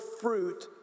fruit